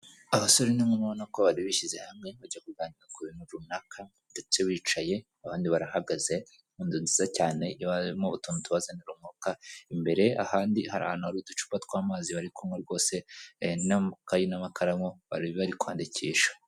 Abasore n'inkumiko bari bishyize hamwe bajya kuganira ku bintu runaka ndetse bicaye abandi barahagaze mu nzu nziza cyane ibamo utuntu tubazanira umwuka imbere ahandi hari ahantu hari uducupa tw'amazi bari kunywa rwosen'amakayi n'amakaramu bari bari kwandikisha.